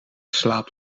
slaapt